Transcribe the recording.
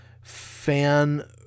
fan